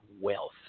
wealth